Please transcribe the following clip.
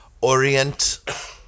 orient